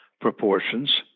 proportions